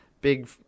big